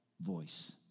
voice